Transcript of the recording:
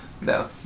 No